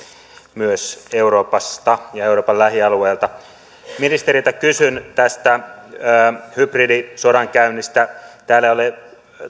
myös euroopasta ja euroopan lähialueilta ministeriltä kysyn tästä hybridisodankäynnistä täällä talousarvioesityskirjassa ei ole